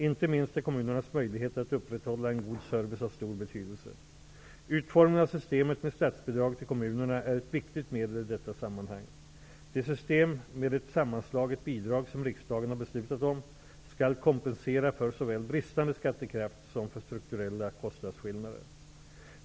Inte minst är kommunernas möjligheter att upprätthålla en god service av stor betydelse. Utformningen av systemet med statsbidrag till kommunerna är ett viktigt medel i detta sammanhang. Det system med ett sammanslaget bidrag som riksdagen har beslutat om skall kompensera för såväl bristande skattekraft som för strukturella kostnadsskillnader.